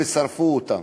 שרפו אותם.